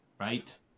right